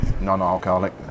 non-alcoholic